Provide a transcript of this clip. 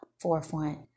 forefront